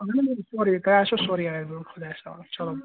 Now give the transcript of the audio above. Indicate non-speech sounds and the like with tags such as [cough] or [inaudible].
[unintelligible] سورٕے تۄہہِ آسیو سورٕے اٮ۪ویلیبٕل خۄدایَس سوال چلو